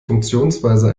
funktionsweise